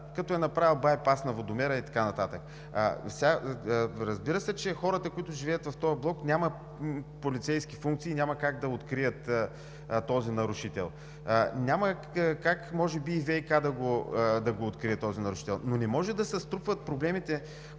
като е направил байпас на водомера и така нататък. Разбира се, че хората, които живеят в този блок, нямат полицейски функции и няма как да открият този нарушител. Няма как може би и ВиК да го открие този нарушител, но не може да се струпват проблемите